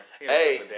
hey